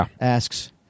asks